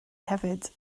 hefyd